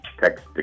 text